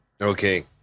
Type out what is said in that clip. Okay